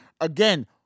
Again